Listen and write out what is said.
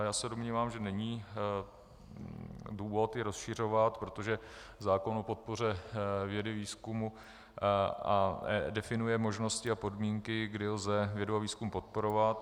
Já se domnívám, že není důvod je rozšiřovat, protože zákon o podpoře vědy a výzkumu definuje možnosti a podmínky, kdy lze vědu a výzkum podporovat.